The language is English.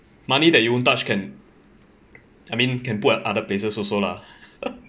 money that you won't touch can I mean can put at other places also lah